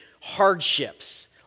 hardships